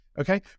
Okay